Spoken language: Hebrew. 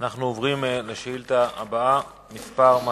אנחנו עוברים לשאילתא הבאה, שאילתא מס' 205,